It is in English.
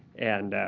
and